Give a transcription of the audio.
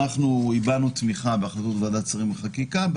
אנחנו בוועדת שרים לחקיקה הבענו תמיכה בהצעות,